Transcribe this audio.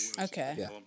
Okay